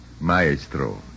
Maestro